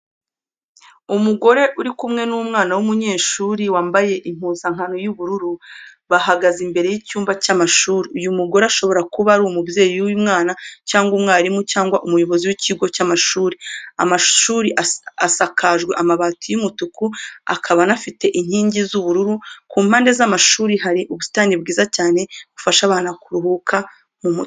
Umugore uri kumwe n'umwana w'umunyeshuri wambaye impuzankano z'ubururu, bahagaze imbere y'ibyumba by'amashuri. Uyu mugore ashobora kuba ari umubyeyi w'uyu mwana cyangwa umwarimu cyangwa umuyobozi w'ikigo cy'amashuri. Amashuri asakajwe amabati y'umutuku, akaba anafite inkingi z'ubururu, ku mpande y'amashuri hari ubusitani bwiza cyane bufasha abana kuruhuka mu mutwe.